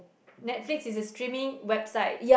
Netflix is a streaming website